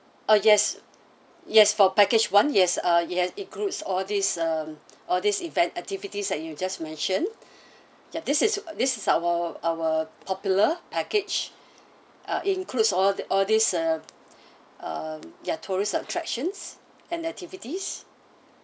uh yes yes for package one yes uh it has includes all these um all these event activities that you just mentioned ya this is this is our our popular package uh includes all the all these uh um ya tourist attractions and activities